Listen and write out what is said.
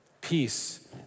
Peace